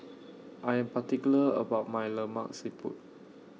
I Am particular about My Lemak Siput